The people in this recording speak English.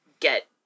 Get